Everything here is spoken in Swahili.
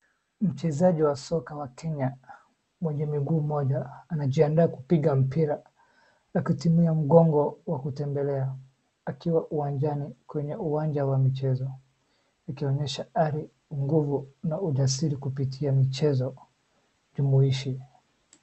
Mchezaji wa soka wa Kenya mwenye miguu moja anajiandaa kupiga mpira na akitumia mgongo wa kutembelea akiwa uwanjani kwenye uwanja wa michezo. Ikionyesha ari, nguvu na ujasiri kupitia michezo jumuishi.